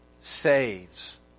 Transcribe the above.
saves